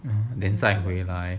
then 再回来